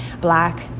black